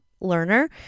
learner